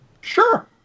Sure